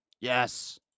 yes